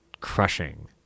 crushing